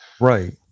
Right